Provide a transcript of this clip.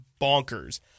bonkers